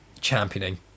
championing